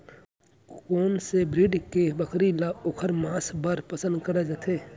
कोन से ब्रीड के बकरी ला ओखर माँस बर पसंद करे जाथे?